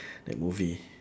that movie